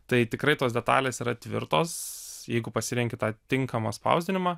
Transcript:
tai tikrai tos detalės yra tvirtos jeigu pasirenki tą tinkamą spausdinimą